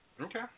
Okay